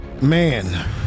Man